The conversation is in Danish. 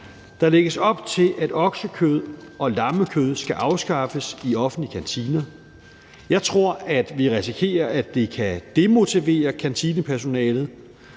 Der lægges op til, at oksekød og lammekød skal afskaffes i offentlige kantiner. Jeg tror, at vi risikerer, at det kan demotivere kantinepersonalet,